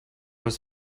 was